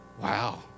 Wow